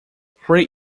three